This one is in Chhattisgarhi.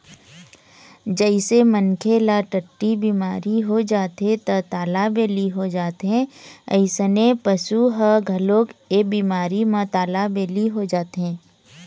जइसे मनखे ल टट्टी बिमारी हो जाथे त तालाबेली हो जाथे अइसने पशु ह घलोक ए बिमारी म तालाबेली हो जाथे